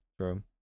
True